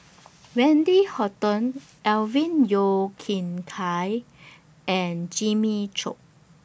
Wendy Hutton Alvin Yeo Khirn Hai and Jimmy Chok